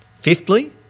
Fifthly